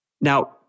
Now